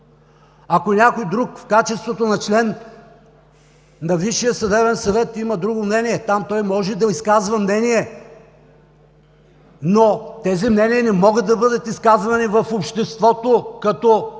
Ако някой друг в качеството на член на Висшия съдебен съвет има друго мнение, там той може да изказва мнение, но тези мнения не могат да бъдат изказвани в обществото като магистрат,